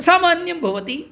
सामान्यं भवति